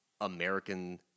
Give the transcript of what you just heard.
American